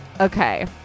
Okay